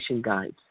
guides